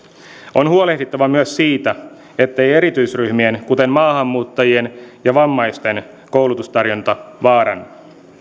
on huolehdittava myös siitä ettei erityisryhmien kuten maahanmuuttajien ja vammaisten koulutustarjonta vaarannu